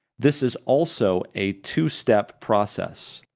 this is also a two-step process.